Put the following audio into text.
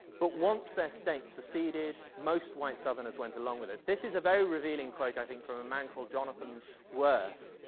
but once their states seceded, most white southerners went along with it. this is a very revealing quote i think from a man called jonathan worth,